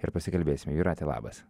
ir pasikalbėsime jūrate labas